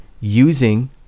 using